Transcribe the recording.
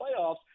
playoffs